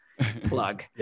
Plug